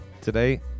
today